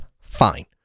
fine